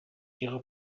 ihre